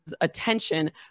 attention